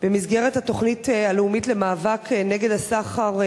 במסגרת התוכנית הלאומית במאבק נגד הסחר בנשים,